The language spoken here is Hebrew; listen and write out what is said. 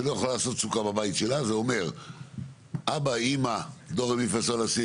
זה לא עמדת האוצר.